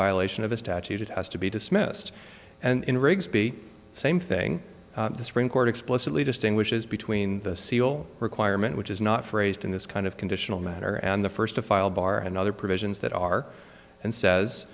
violation of a statute it has to be dismissed and in rigsby same thing the supreme court explicitly distinguishes between the seal requirement which is not phrased in this kind of conditional manner and the first to file bar and other provisions that are and says